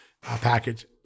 package